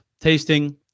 tasting